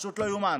פשוט לא יאומן.